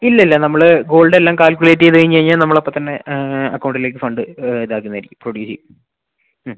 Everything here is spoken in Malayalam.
ഇല്ല ഇല്ല നമ്മൾ ഗോൾഡ് എല്ലാം കാൽക്കുലേറ്റ് ചെയ്ത് കഴിഞ്ഞ് കഴിഞ്ഞാൽ നമ്മൾ അപ്പം തന്നെ അക്കൗണ്ടിലേക്ക് ഫണ്ട് ഇതാക്കുന്നത് ആയിരിക്കും പ്രൊഡ്യൂസ് ചെയ്യും